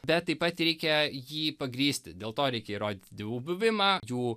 bet taip pat jį reikia jį pagrįsti dėl to reikia įrodyti dievų buvimą jų